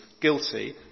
guilty